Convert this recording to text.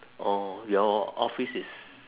orh your office is